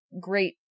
great